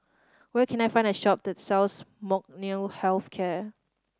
where can I find a shop that sells Molnylcke Health Care